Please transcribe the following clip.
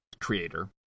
creator